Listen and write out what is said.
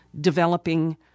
developing